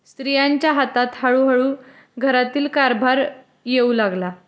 स्त्रियांच्या हातात हळूहळू घरातील कारभार येऊ लागला